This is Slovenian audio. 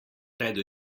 pred